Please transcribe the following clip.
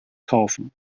kaufen